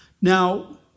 Now